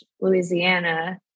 Louisiana